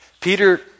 Peter